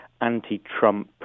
anti-Trump